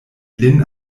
lin